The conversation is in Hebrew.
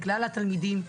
לכלל התלמידים,